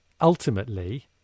ultimately